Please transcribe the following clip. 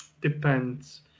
depends